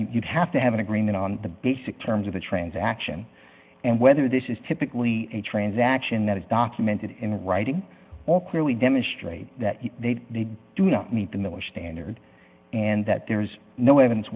you have to have an agreement on the basic terms of the transaction and whether this is typically a transaction that is documented in writing or clearly demonstrate that they do not meet the miller standard and that there is no evidence